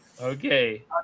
Okay